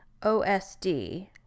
OSD